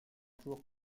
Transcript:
toujours